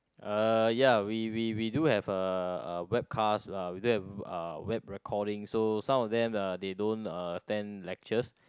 uh ya we we we do have a a webcast uh we do have uh web recording so some of them uh they don't uh attend lectures